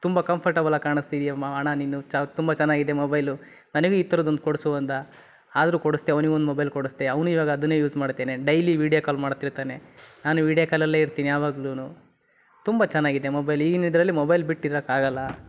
ತುಂಬ ಕಂಫರ್ಟಬಲ್ ಆಗಿ ಕಾಣಿಸ್ತಿದೀಯ ಮ ಅಣ್ಣ ನೀನು ಚ ತುಂಬ ಚೆನ್ನಾಗಿದೆ ಮೊಬೈಲು ನನಗೂ ಈ ಥರದ್ದು ಒಂದು ಕೊಡಿಸು ಅಂದ ಆದರೂ ಕೊಡ್ಸಿದೆ ಅವ್ನಿಗೆ ಒಂದು ಮೊಬೈಲ್ ಕೊಡ್ಸಿದೆ ಅವನೂ ಇವಾಗ ಅದನ್ನೇ ಯೂಸ್ ಮಾಡ್ತಿದಾನೆ ಡೈಲಿ ವಿಡಿಯೋ ಕಾಲ್ ಮಾಡ್ತಿರ್ತಾನೆ ನಾನೂ ವಿಡಿಯೋ ಕಾಲಲ್ಲೇ ಇರ್ತೀನಿ ಯಾವಾಗ್ಲು ತುಂಬ ಚೆನ್ನಾಗಿದೆ ಮೊಬೈಲ್ ಈಗಿನ ಇದರಲ್ಲಿ ಮೊಬೈಲ್ ಬಿಟ್ಟಿರೋಕ್ಕಾಗಲ್ಲ